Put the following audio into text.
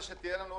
לסייע?